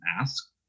ask